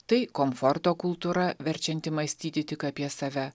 tai komforto kultūra verčianti mąstyti tik apie save